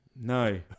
no